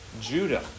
Judah